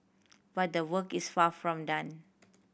but the work is far from done